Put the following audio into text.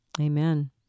Amen